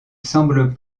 semble